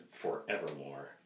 forevermore